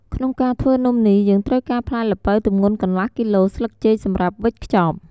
ក្នុងការធ្វើនំនេះ យើងត្រូវការផ្លែល្ពៅទម្ងន់កន្លះគីឡូ ស្លឹកចេកសម្រាប់វេចខ្ចប់។